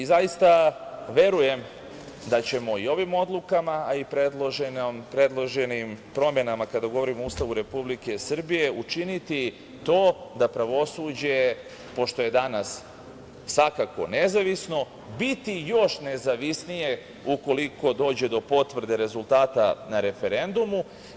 Zaista verujem da ćemo i ovim odlukama, a i predloženim promenama kada govorimo o Ustavu Republike Srbije, učiniti to da pravosuđe, pošto je danas svakako nezavisno, bude još nezavisnije ukoliko dođe do potvrde rezultata na referendumu.